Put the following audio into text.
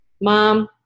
Mom